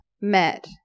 met